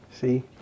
See